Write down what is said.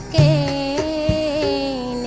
a